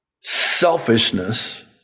selfishness